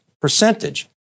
percentage